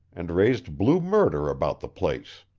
and raised blue murder about the place.